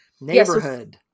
Neighborhood